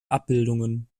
abbildungen